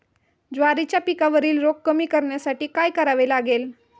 ज्वारीच्या पिकावरील रोग कमी करण्यासाठी काय करावे लागेल?